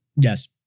Yes